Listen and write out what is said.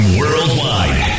worldwide